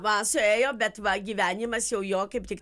va suėjo bet va gyvenimas jau jo kaip tik